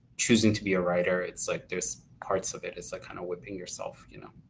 choosing to be a writer. it's like there is parts of it as ah kind of whipping yourself, you know.